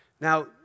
Now